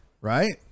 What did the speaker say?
right